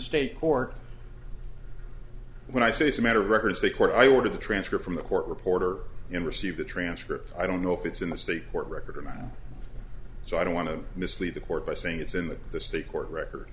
state court when i say it's a matter of records the court i order the transcript from the court reporter in receive the transcript i don't know if it's in the state court record or mine so i don't want to mislead the court by saying it's in the state court record